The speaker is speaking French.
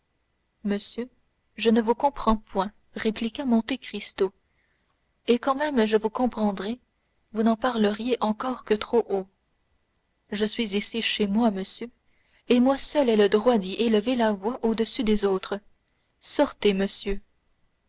monsieur je ne vous comprends point répliqua monte cristo et quand même je vous comprendrais vous n'en parleriez encore que trop haut je suis ici chez moi monsieur et moi seul ai le droit d'y élever la voix au-dessus des autres sortez monsieur